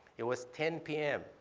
it was ten p m.